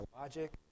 logic